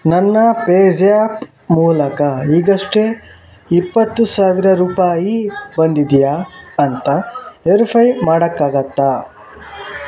ನನ್ನ PayZapp ಮೂಲಕ ಈಗಷ್ಟೇ ಇಪ್ಪತ್ತು ಸಾವಿರ ರೂಪಾಯಿ ಬಂದಿದ್ಯಾ ಅಂತ ವೆರಿಫೈ ಮಾಡೋಕ್ಕಾಗುತ್ತಾ